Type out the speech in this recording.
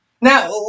Now